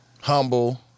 Humble